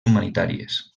humanitàries